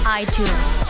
iTunes